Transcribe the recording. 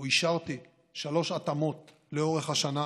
אישרתי, שלוש התאמות לאורך השנה,